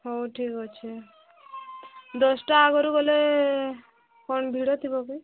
ହଉ ଠିକ୍ ଅଛି ଦଶଟା ଆଗରୁ ଗଲେ କ'ଣ ଭିଡ଼ ଥିବ କି